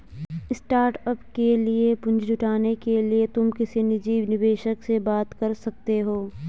startup के लिए पूंजी जुटाने के लिए तुम किसी निजी निवेशक से बात कर सकते हो